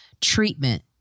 treatment